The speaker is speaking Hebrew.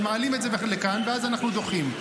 אבל מעלים את זה לכאן, ואז אנחנו דוחים.